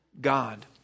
God